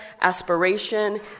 aspiration